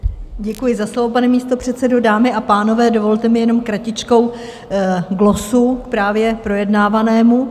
Děkuji za slovo, pane místopředsedo, dámy a pánové, dovolte mi jenom kratičkou glosu k právě projednávanému.